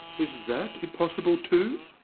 is that impossible too?